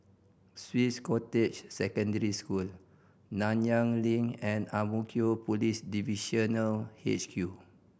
Swiss Cottage Secondary School Nanyang Link and Ang Mo Kio Police Divisional H Q